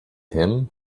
him